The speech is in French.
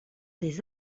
des